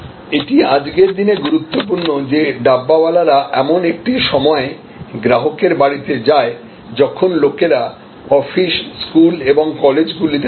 এটি আজকের দিনে গুরুত্বপূর্ণ যে ডাব্বাওয়ালা রা এমনএকটি সময়ে গ্রাহকের বাড়িতে যায় যখন লোকেরা অফিস স্কুল এবং কলেজগুলিতে থাকে